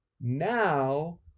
now